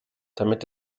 damit